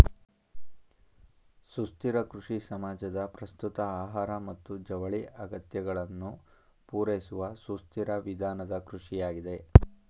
ಸುಸ್ಥಿರ ಕೃಷಿ ಸಮಾಜದ ಪ್ರಸ್ತುತ ಆಹಾರ ಮತ್ತು ಜವಳಿ ಅಗತ್ಯಗಳನ್ನು ಪೂರೈಸುವಸುಸ್ಥಿರವಿಧಾನದಕೃಷಿಯಾಗಿದೆ